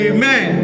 Amen